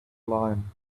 line